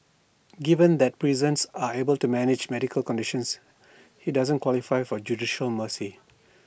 given that prisons are able to manage medical conditions he doesn't qualify for judicial mercy